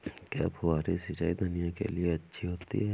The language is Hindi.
क्या फुहारी सिंचाई धनिया के लिए अच्छी होती है?